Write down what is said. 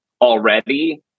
already